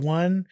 one